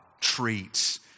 treats